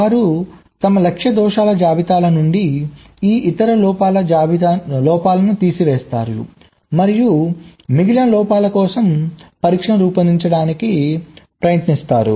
వారు తమ లక్ష్య దోషాల జాబితా నుండి ఆ ఇతర లోపాలను తీసివేస్తారు మరియు మిగిలిన లోపాల కోసం పరీక్షలను రూపొందించడానికి ప్రయత్నిస్తారు